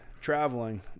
traveling